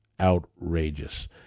outrageous